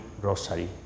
rosary